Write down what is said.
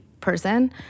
person